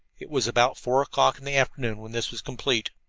it was about four o'clock in the afternoon when this was complete.